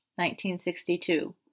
1962